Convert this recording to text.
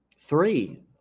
three